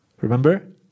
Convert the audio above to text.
Remember